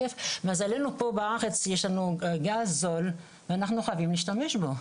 פה בארץ יש לנו גז זול ואנחנו חייבים להשתמש בו.